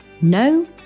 no